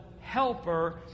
helper